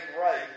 right